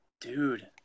Dude